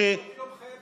כשר המשפטים תכבד אותם.